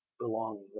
belonging